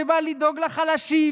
שבאה לדאוג לחלשים,